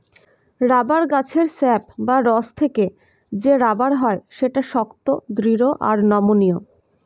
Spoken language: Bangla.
রাবার গাছের স্যাপ বা রস থেকে যে রাবার হয় সেটা শক্ত, দৃঢ় আর নমনীয়